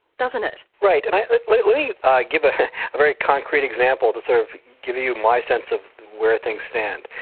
doesn't it? right. and let let me ah give ah ah a very concrete example to sort of give you my sense of where things stand.